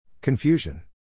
Confusion